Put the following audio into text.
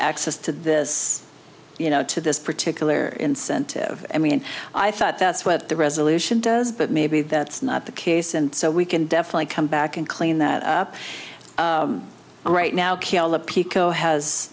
access to this you know to this particular incentive i mean i thought that's what the resolution does but maybe that's not the case and so we can definitely come back and clean that up right now